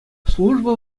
служба